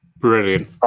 Brilliant